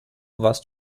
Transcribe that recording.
warst